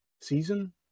season